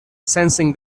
sensing